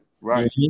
Right